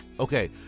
okay